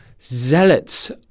zealots